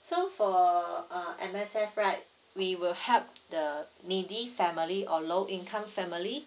so for uh M_S_F right we will help the needy family or low income family